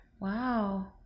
Wow